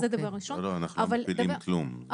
אנחנו לא מפילים כלום.